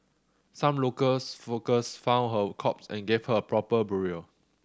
some locals for workers found her corpse and gave her a proper burial